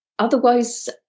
Otherwise